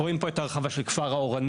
אנחנו רואים פה את ההרחבה של כפר האורנים,